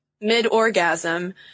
mid-orgasm